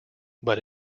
but